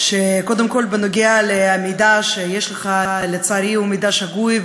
שקודם כול, המידע שיש לך הוא, לצערי, מידע שגוי.